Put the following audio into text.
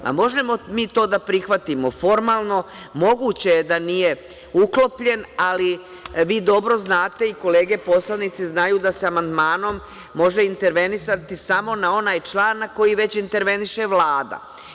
Možemo mi to da prihvatimo, formalno, moguće je da nije uklopljen ali vi dobro znate i kolege poslanici znaju da se amandmanom može itnervenisati samo na onaj član na koji već interveniše Vlada.